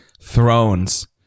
thrones